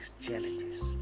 challenges